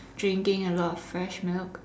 drinking a lot of fresh milk